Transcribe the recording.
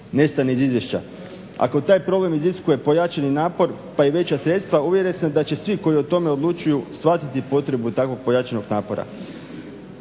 nestane iz izvješća. Ako taj problem iziskuje pojačani napor pa i veća sredstva uvjeren sam da će svi koji o tome odlučuju shvatiti potrebu takvog pojačanog napora.